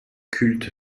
culte